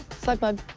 slug bug.